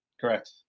Correct